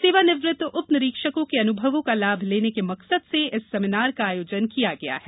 सेवानिवृत उप निरीक्षकों के अनुभवों का लाभ लेने के मकसद से इस सेमीनार का आयोजन किया गया है